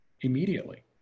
immediately